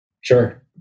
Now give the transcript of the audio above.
Sure